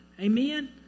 Amen